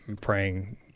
praying